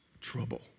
Trouble